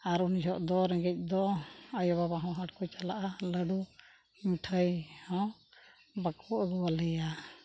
ᱟᱨ ᱩᱱ ᱡᱚᱠᱷᱚᱱ ᱫᱚ ᱨᱮᱸᱜᱮᱡ ᱫᱚ ᱟᱭᱳ ᱵᱟᱵᱟ ᱦᱚᱸ ᱦᱟᱴ ᱠᱚ ᱪᱟᱞᱟᱜᱼᱟ ᱞᱟᱹᱰᱩ ᱢᱤᱴᱷᱟᱹᱭ ᱦᱚᱸ ᱵᱟᱠᱚ ᱟᱹᱜᱩᱣᱟᱞᱮᱭᱟ